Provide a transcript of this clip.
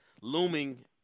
looming